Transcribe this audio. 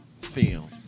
film